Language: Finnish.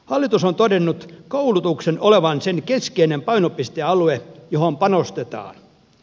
hallitus on todennut koulutuksen olevan sen keskeinen painopistealue johon panostetaan